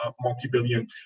multi-billion